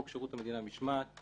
חוק שירות המדינה (משמעת),